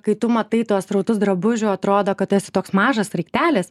kai tu matai tuos srautus drabužių atrodo kad esi toks mažas sraigtelis